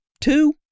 Two